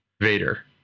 Vader